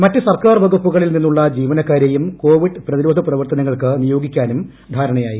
മറ്റു സർക്കാർ വകുപ്പുകളിൽ നിന്നുള്ള ജീവനക്കാരെയും കോവിഡ് പ്രതിരോധ പ്രവർത്തനങ്ങൾക്ക് നിയോഗിക്കാനും ധാരണയായി